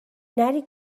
نری